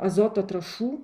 azoto trąšų